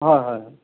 হয় হয়